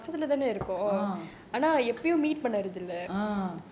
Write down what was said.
uh uh